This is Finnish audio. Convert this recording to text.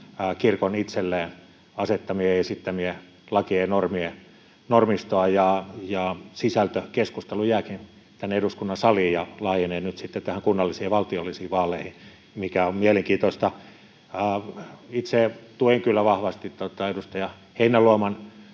kirkon itselleen asettamia ja esittämiä lakeja ja normistoa, ja sisältökeskustelu jääkin tänne eduskunnan saliin ja laajenee nyt sitten näihin kunnallisiin ja valtiollisiin vaaleihin, mikä on mielenkiintoista. Itse tuen kyllä vahvasti tuota edustaja Heinäluoman